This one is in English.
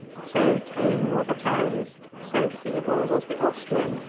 so tame were the times, so feeble was the austrian,